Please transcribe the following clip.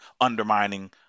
undermining